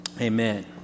Amen